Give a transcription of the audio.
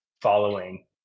following